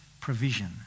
provision